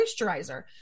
moisturizer